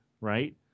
Right